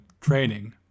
training